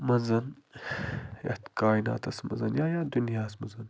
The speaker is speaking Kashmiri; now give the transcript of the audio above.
منٛز یَتھ کایِناتَس منٛز یا یَتھ دُنیاہَس منٛز